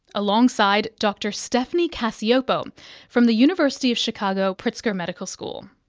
alongside dr stephanie cacioppo from the university of chicago pritzker medical school.